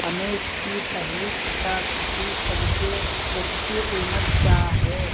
امیش کی پہلی کتاب کی سب سے سستی قیمت کیا ہے